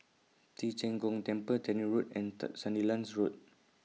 Ci Zheng Gong Temple Tannery Road and Third Sandilands Road